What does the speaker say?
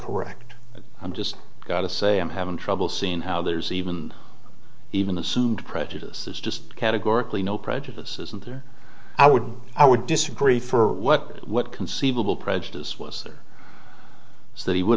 correct i'm just gonna say i'm having trouble seeing how there's even even assumed prejudice is just categorically no prejudices and there i would i would disagree for what what conceivable prejudice was there so that he would